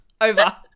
over